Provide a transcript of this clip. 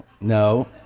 No